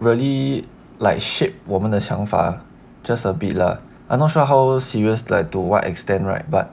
really like shape 我们的想法 just a bit lah I'm not sure how serious like to what extent right but